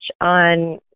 on